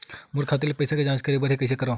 मोर खाता के पईसा के जांच करे बर हे, कइसे करंव?